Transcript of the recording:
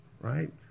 right